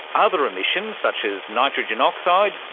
other emissions such as nitrogen oxide,